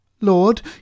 Lord